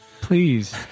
Please